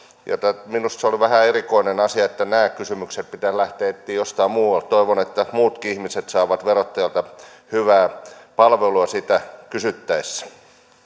joten minusta oli vähän erikoinen asia että nämä kysymykset pitäisi lähteä etsimään jostain muualta toivon että että muutkin ihmiset saavat verottajalta hyvää palvelua sitä kysyttäessä